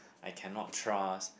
I cannot trust